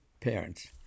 parents